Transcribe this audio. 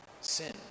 Sin